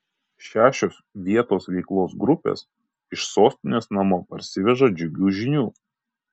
šešios vietos veiklos grupės iš sostinės namo parsiveža džiugių žinių